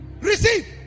Receive